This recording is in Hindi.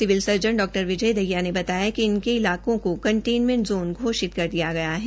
सिविल सर्जन डॉ विजय दहिया ने बताया कि इनके इलाकों को कंटेनमेंट जोन घोषित कर दिया गया है